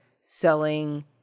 selling